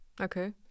Okay